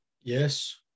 Yes